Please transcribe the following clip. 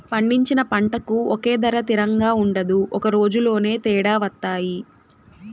పండించిన పంటకు ఒకే ధర తిరంగా ఉండదు ఒక రోజులోనే తేడా వత్తాయి